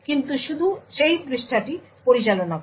কিন্তু শুধু সেই পৃষ্ঠাটি পরিচালনা করে